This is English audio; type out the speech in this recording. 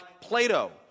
Plato